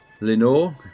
Lenore